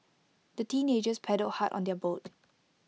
the teenagers paddled hard on their boat